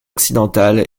occidentale